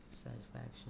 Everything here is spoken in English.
satisfaction